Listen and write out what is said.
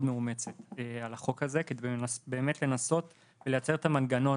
מאומצת על החוק הזה כדי לנסות לייצר מנגנון